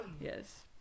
Yes